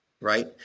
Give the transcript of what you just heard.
Right